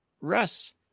Russ